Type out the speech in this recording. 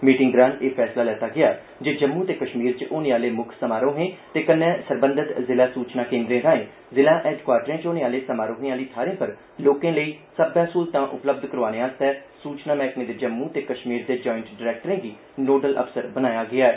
meeting दौरान एह् फैसला लैता गेआ जे जम्मू ते कष्मीर च होने आहले मुक्ख समारोहें ते कन्नै सरबंधत जिला सूचना केन्द्रे राएं जिला हैडक्वार्टरें च होने आहले समारोहें आहली थाहरें पर लोकें लेई सब्बे स्हूलतां उपलब्ध करोआने आस्तै सूचना मैहकमे दे जम्मू ते कष्मीर दे ज्वाईट डरैक्टरें गी नोडल अफसर बनाया गेआ ऐ